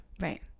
Right